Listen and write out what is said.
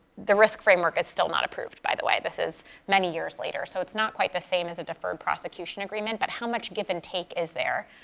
the risk framework is still not approved, by the way. this is many years later, so it's not quite the same as a deferred prosecution agreement. but how much give and take is there?